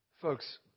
Folks